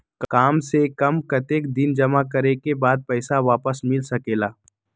काम से कम कतेक दिन जमा करें के बाद पैसा वापस मिल सकेला?